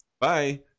Bye